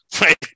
right